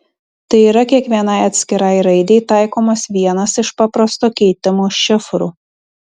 tai yra kiekvienai atskirai raidei taikomas vienas iš paprasto keitimo šifrų